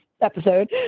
episode